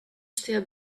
still